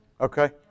Okay